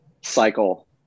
cycle